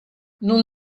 non